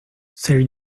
sir